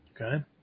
Okay